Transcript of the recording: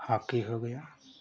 hockey हो गया